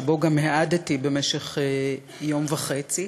שבו גם העדתי במשך יום וחצי,